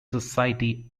society